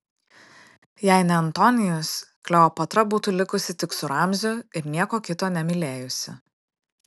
jei ne antonijus kleopatra būtų likusi tik su ramziu ir nieko kito nemylėjusi